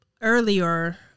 earlier